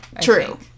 True